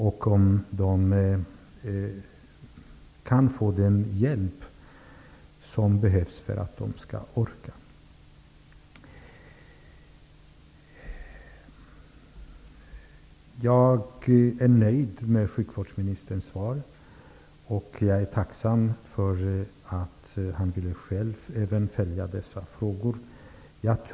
Det är viktigt att de kan få den hjälp som behövs för att de skall orka. Jag är nöjd med sjukvårdsministerns svar. Jag är tacksam att han själv kommer att följa dessa frågor.